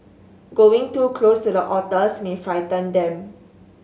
going too close to the otters may frighten them